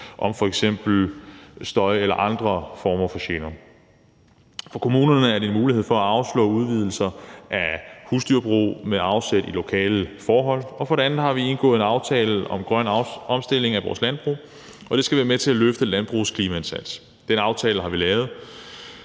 med f.eks. støj eller andre former for gener. For kommunerne er det en mulighed for at afslå udvidelser af husdyrbrug med afsæt i lokale forhold. For det andet har vi indgået en aftale om grøn omstilling af vores landbrug, og det skal være med til at løfte landbrugets klimaindsats. Den aftale, vi har lavet,